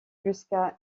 jusqu’à